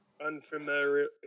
unfamiliar